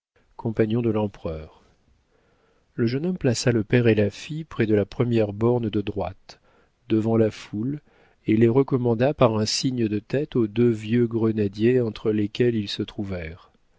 compagnons de l'empereur le jeune homme plaça le père et la fille près de la première borne de droite devant la foule et les recommanda par un signe de tête aux deux vieux grenadiers entre lesquels ils se trouvèrent